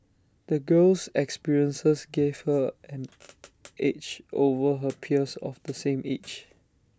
the girl's experiences gave her an edge over her peers of the same age